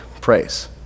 praise